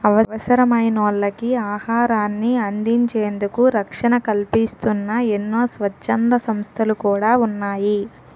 అవసరమైనోళ్ళకి ఆహారాన్ని అందించేందుకు రక్షణ కల్పిస్తూన్న ఎన్నో స్వచ్ఛంద సంస్థలు కూడా ఉన్నాయి